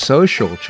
Social